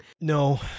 No